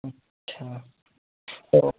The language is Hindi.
अच्छा तो